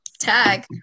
tag